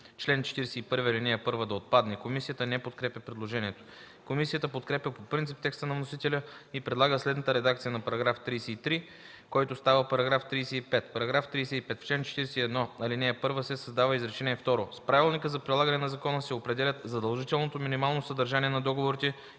чл. 41, ал. 1 да отпадне. Комисията не подкрепя предложението. Комисията подкрепя по принцип текста на вносителя и предлага следната редакция на § 33, който става § 35: „§ 35. В чл. 41, ал. 1 се създава изречение второ: „С правилника за прилагане на закона се определят задължителното минимално съдържание на договорите